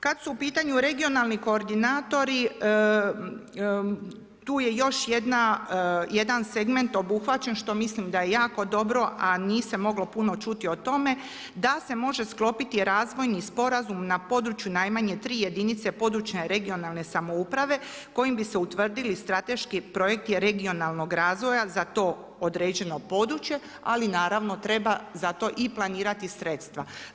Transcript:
Kada su u pitanju regionalni koordinatori, tu je još jedna, jedan segment obuhvaćen što mislim da je jako dobro a nije se moglo puno čuti o tome da se može sklopiti razvojni sporazum na području najmanje 3 jedinice područne, regionalne samouprave kojim bi se utvrdili strateški projekti regionalnog razvoja za to određeno područje ali naravno treba za to i planirati sredstva.